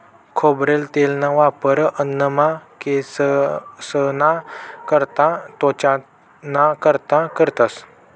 खोबरेल तेलना वापर अन्नमा, केंससना करता, त्वचाना कारता करतंस